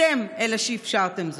אתם אלה שאפשרתם זאת.